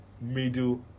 middle